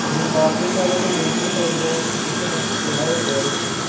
بیٚیہِ باقٕے تہِ اَگر تۄہہِ بیٚیہِ تہِ آسہِ برٛونٛٹھ وُچھُن اَتھ منٛز تیٚلہِ ہاوہو سورُے سُہ